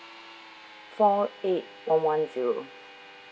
four eight one one zero